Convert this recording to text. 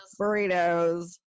Burritos